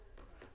כן.